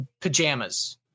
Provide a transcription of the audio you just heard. pajamas